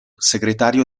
segretario